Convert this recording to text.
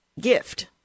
gift